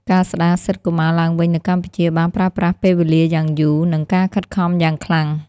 ការស្ដារសិទ្ធិកុមារឡើងវិញនៅកម្ពុជាបានប្រើប្រាស់ពេលវេលាយ៉ាងយូរ និងការខិតខំយ៉ាងខ្លាំង។